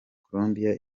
colombia